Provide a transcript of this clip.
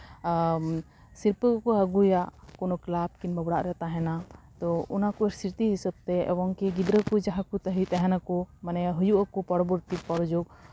ᱡᱟᱦᱟᱸ ᱥᱤᱨᱯᱟᱹ ᱠᱚᱠᱚ ᱟᱹᱜᱩᱭᱟ ᱠᱳᱱᱳ ᱠᱞᱟᱵᱽ ᱠᱤᱢᱵᱟ ᱚᱲᱟᱜ ᱨᱮ ᱛᱟᱦᱮᱱᱟ ᱛᱚ ᱚᱱᱟ ᱠᱚ ᱥᱨᱤᱛᱤ ᱦᱤᱥᱟᱹᱵᱛᱮ ᱮᱢᱚᱱᱠᱤ ᱜᱤᱫᱽᱨᱟᱹ ᱠᱚ ᱡᱟᱦᱟᱸ ᱠᱚ ᱯᱟᱹᱦᱤ ᱛᱟᱦᱮᱱᱟ ᱠᱚ ᱢᱟᱱᱮ ᱦᱩᱭᱩᱜ ᱟᱠᱚ ᱯᱚᱨᱚᱵᱚᱨᱛᱤ ᱯᱚᱨᱚᱡᱳᱜᱽ